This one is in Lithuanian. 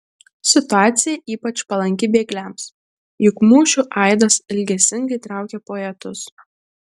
situacija ypač palanki bėgliams juk mūšių aidas ilgesingai traukia poetus